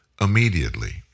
immediately